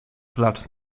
klacz